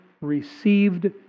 received